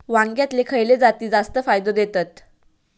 वांग्यातले खयले जाती जास्त फायदो देतत?